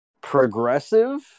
progressive